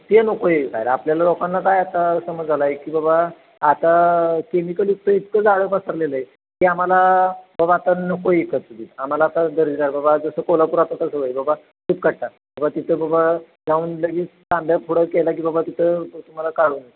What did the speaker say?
ते नको आहे आपल्याला लोकांना काय आता समज झाला आहे की बाबा आता केमिकलयुक्त इतकं जाळं पसरलेलं आहे की आम्हाला बाबा आता नको आहे विकतचं दूध आम्हाला आता दर्जा बाबा जसं कोल्हापुरात आता बाबा तूप कट्टा बाबा तिथं बाबा जाऊन लगेच तांब्या पुढं केला की बाबा तिथं तुम्हाला काढून